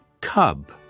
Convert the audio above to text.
cub